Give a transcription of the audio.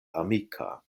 amika